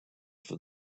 for